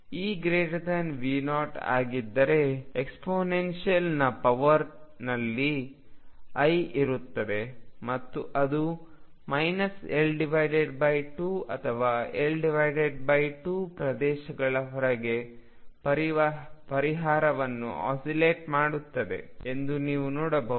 EV0 ಆಗಿದ್ದರೆ ಎಕ್ಸ್ಪೋನೆನ್ಷಿಯಲ್ನ power ಅಲ್ಲಿ i ಇರುತ್ತದೆ ಮತ್ತು ಅದು L2 ಅಥವಾ L2 ಪ್ರದೇಶಗಳ ಹೊರಗೆ ಪರಿಹಾರವನ್ನು ಆಸಿಲೇಟ್ ಮಾಡುತ್ತದೆ ಎಂದು ನೀವು ನೋಡಬಹುದು